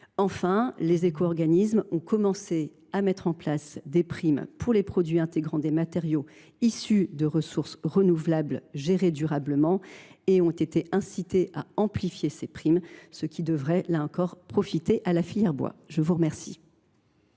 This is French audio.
Enfin, les éco organismes ont commencé à mettre en place des primes pour les produits intégrant des matériaux issus de ressources renouvelables gérées durablement et ont été incités à amplifier ces primes, ce qui devrait également profiter à la filière bois. La parole